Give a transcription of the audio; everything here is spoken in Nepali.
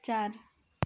चार